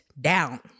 down